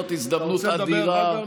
אתה רוצה לדבר אחר כך?